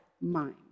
mind